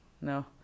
no